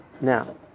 Now